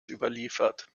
überliefert